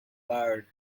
barred